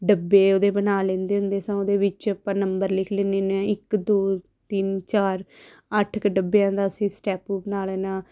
ਡੱਬੇ ਉਹਦੇ ਬਣਾ ਲੈਂਦੇ ਹੁੰਦੇ ਸਾਂ ਉਹਦੇ ਵਿੱਚ ਆਪਾਂ ਨੰਬਰ ਲਿਖ ਲੈਂਦੇ ਹਾਂ ਇੱਕ ਦੋ ਤਿੰਨ ਚਾਰ ਅੱਠ ਕੁ ਡੱਬਿਆਂ ਦਾ ਅਸੀਂ ਸਟੈਪੂ ਬਣਾ ਲੈਣਾ